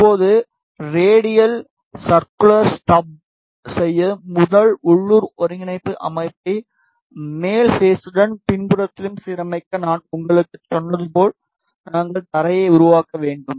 இப்போது radial circular stub செய்ய முதல் உள்ளூர் ஒருங்கிணைப்பு அமைப்பை மேல் பேஸுடன் பின்புறத்திலும் சீரமைக்க நான் உங்களுக்குச் சொன்னது போல் நாங்கள் தரையை உருவாக்க வேண்டும்